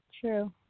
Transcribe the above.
True